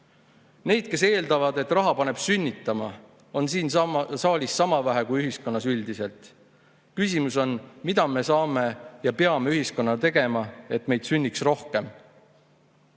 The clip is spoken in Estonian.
kes eeldavad, et raha paneb sünnitama, on siin saalis sama vähe kui ühiskonnas üldiselt. Küsimus on, mida me saame ja peame ühiskonnana tegema, et meil sünniks rohkem